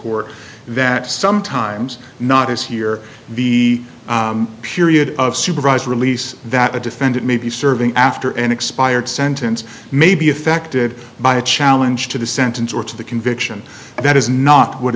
court that some times not is here the period of supervised release that a defendant may be serving after an expired sentence may be affected by a challenge to the sentence or to the conviction that is not what